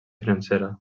financera